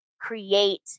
create